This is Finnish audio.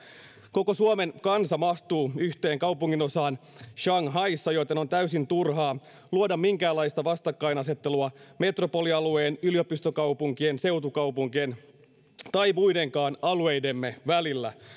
koko suomen kansa mahtuu yhteen kaupunginosaan shanghaissa joten on täysin turhaa luoda minkäänlaista vastakkainasettelua metropolialueen yliopistokaupunkien seutukaupunkien tai muidenkaan alueidemme välillä